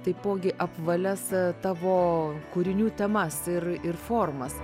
taipogi apvalias tavo kūrinių temas ir ir formas